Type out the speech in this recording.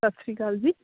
ਸਤਿ ਸ਼੍ਰੀ ਅਕਾਲ ਜੀ